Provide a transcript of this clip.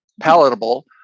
palatable